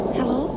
Hello